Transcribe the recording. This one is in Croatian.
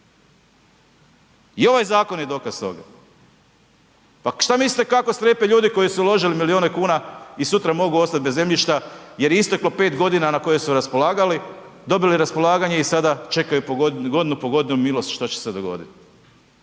I ovaj zakon je dokaz tome. Pa što mislite, kako strepe ljudi koji su uložili milijune kuna i sutra mogu ostat bez zemljišta jer je isteklo 5 godina na koje su raspolagali, dobili raspolaganja i sada čekaju po godinu po godinu milost što će se dogoditi.